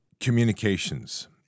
Communications